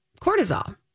cortisol